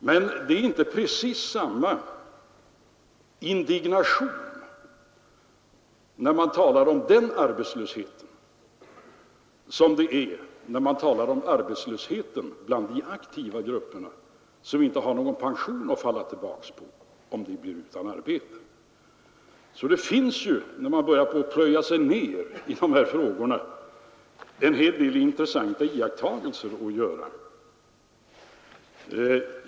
Men det är inte precis med samma indignation man talar om den arbetslösheten som man talar om arbetslösheten bland de aktiva grupperna, som inte har någon pension att falla tillbaka på om de blir utan arbete. Det finns alltså när man börjar plöja sig ned i dessa frågor en hel del intressanta iakttagelser att göra.